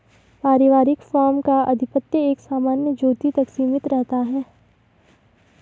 पारिवारिक फार्म का आधिपत्य एक सामान्य ज्योति तक सीमित रहता है